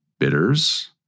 Bitters